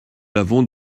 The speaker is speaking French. l’avons